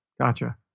Gotcha